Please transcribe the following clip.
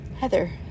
Heather